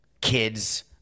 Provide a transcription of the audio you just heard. kids